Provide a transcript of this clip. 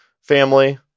family